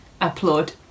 applaud